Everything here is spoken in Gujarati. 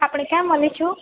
આપણે ક્યાં મળીશું